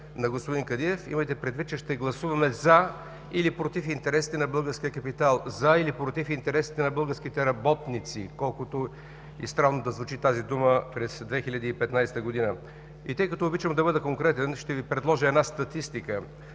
на господин Кадиев, имайте предвид, че ще гласуваме „за” или „против” интересите на българския капитал, „за” или „против” интересите на българските работници, колкото и странно да звучи тази дума пред 2016 г. Тъй като обичам да бъда конкретен, ще Ви предложа статистика.